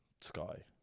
Sky